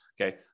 okay